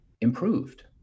improved